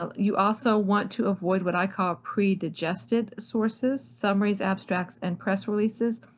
ah you also want to avoid what i call predigested sources summaries, abstracts, and press releases.